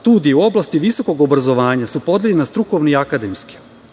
studije u oblasti visokog obrazovanja su podeljena na strukovne i akademske.